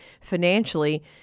financially